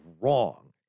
wrong